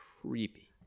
creepy